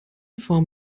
form